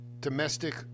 domestic